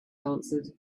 answered